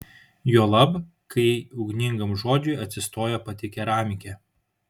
juolab kai ugningam žodžiui atsistoja pati keramikė